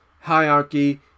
hierarchy